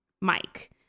Mike